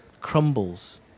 crumbles